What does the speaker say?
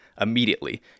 immediately